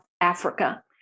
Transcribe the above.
Africa